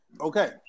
Okay